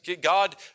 God